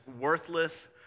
worthless